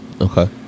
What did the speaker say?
Okay